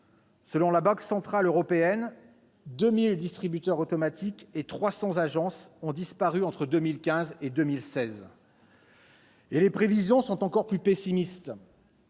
selon la Banque centrale européenne, 2 000 distributeurs automatiques et 300 agences ont disparu entre 2015 et 2016. Et les prévisions sont encore plus pessimistes